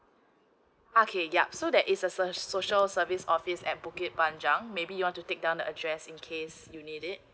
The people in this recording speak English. okay yup so that is a social service office at bukit panjang maybe you want to take down the address in case you need it